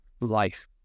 life